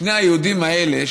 שני היהודים האלה,